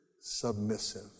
submissive